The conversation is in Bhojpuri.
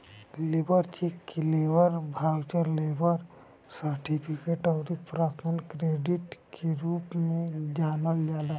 लेबर चेक के लेबर बाउचर, लेबर सर्टिफिकेट अउरी पर्सनल क्रेडिट के रूप में जानल जाला